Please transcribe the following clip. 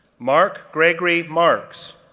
mark gregory marks,